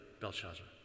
Belshazzar